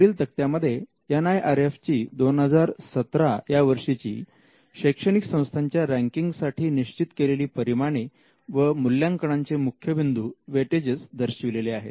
वरील तक्त्यामध्ये NIRF ची 2017 यावर्षीची शैक्षणिक संस्थांच्या रँकिंग साठी निश्चित केलेली परिमाने व मूल्यांकनाचे मुख्य बिंदु दर्शविले आहेत